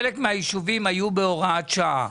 חלק מהיישובים היו בהוראת שעה.